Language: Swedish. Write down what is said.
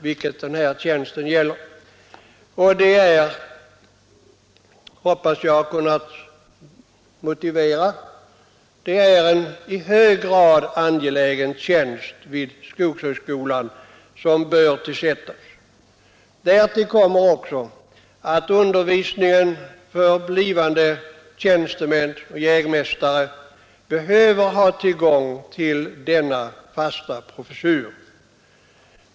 Det är — det hoppas jag att jag har kunnat motivera — en i hög grad angelägen tjänst, som bör tillsättas vid skogshögskolan. Därtill kommer att man för undervisningen av blivande tjänstemän och jägmästare behöver ha tillgång till denna fasta professur.